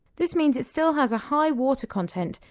this means it still has a high water content,